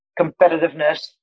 competitiveness